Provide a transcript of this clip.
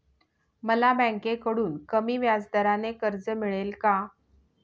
मला बँकेकडून कमी व्याजदराचे कर्ज मिळेल का?